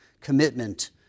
commitment